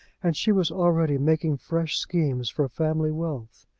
and she was already making fresh schemes for family wealth.